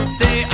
say